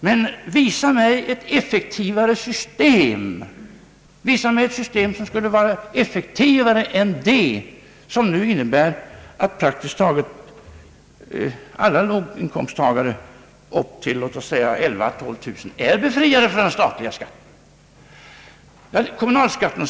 Men visa mig ett effektivare system än det som innebär att praktiskt taget alla låginkomsttagare upp till låt oss säga 11000 å 12 000 kronors inkomst är befriade från den statliga skatten. Man säger då: Hur är det med kommunalskatten?